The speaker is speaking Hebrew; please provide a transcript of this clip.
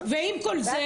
ועם כל זה,